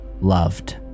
loved